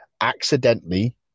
accidentally